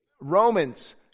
Romans